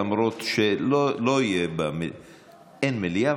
למרות שאין מליאה,